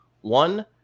One